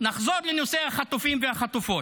נחזור לנושא החטופים והחטופות.